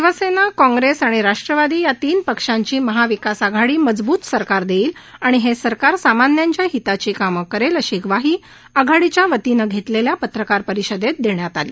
Shiv Sena Congress आणि राष्ट्रवादी या तीन पक्षांची महाविकास आघाडी मजबूत सरकार देईल आणि हे सरकार सामान्यांच्या हिताची कामं करेल अशी ग्वाही आघाडीच्या वतीनं घेतलेल्या पत्रकार परिषदेत देण्यात आली